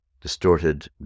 distorted